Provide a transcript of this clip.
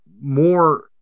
more